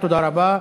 תודה רבה.